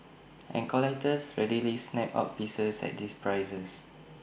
and collectors readily snap up pieces at these prices